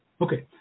Okay